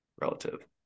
relative